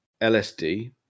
LSD